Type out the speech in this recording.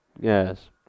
Yes